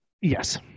Yes